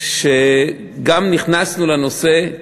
שגם נכנסנו לנושא,